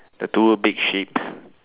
the two a big sheep